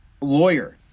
lawyer